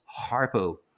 Harpo